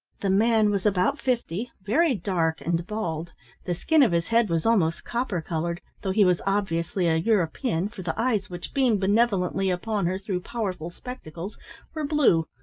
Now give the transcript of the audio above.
the man was about fifty, very dark and bald the skin of his head was almost copper-coloured, though he was obviously a european, for the eyes which beamed benevolently upon her through powerful spectacles were blue,